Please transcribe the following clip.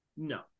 No